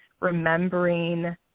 remembering